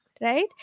right